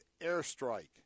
airstrike